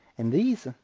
and these,